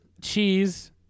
cheese